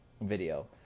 video